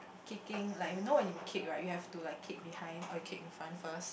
kicking like you know when you kick right you have to like kick behind or you kick in front first